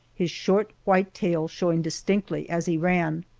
his short white tail showing distinctly as he ran.